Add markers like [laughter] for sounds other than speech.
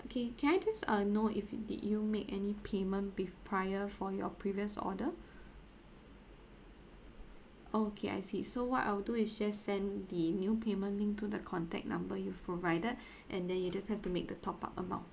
okay can I just uh know if you did you make any payment bef~ prior for your previous order okay I see so what I'll do is just send the new payment link to the contact number you've provided [breath] and then you just have to make the top-up amount